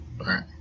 right